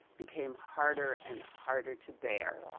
became harder and harder to bear.